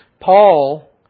Paul